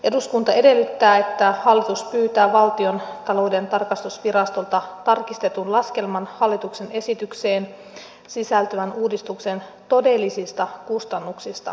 eduskunta edellyttää että hallitus pyytää valtiontalouden tarkastusvirastolta tarkistetun laskelman hallituksen esitykseen sisältyvän uudistuksen todellisista kustannuksista